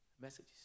messages